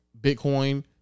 Bitcoin